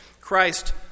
Christ